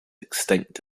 extinct